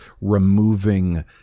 removing